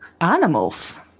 Animals